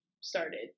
started